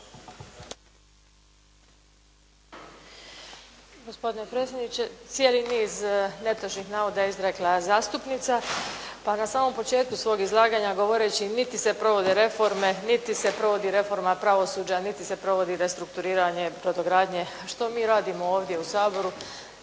Gospodine predsjedniče, cijeli niz netočnih navoda je izrekla zastupnica pa na samom početku svoga izlaganja govoreći niti se provode reforme, niti se provodi reforma pravosuđa, niti se provodi restrukturiranje brodogradnje, što mi radimo ovdje u Saboru